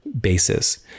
basis